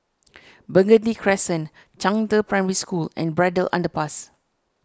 Burgundy Crescent Zhangde Primary School and Braddell Underpass